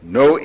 no